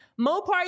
Mopar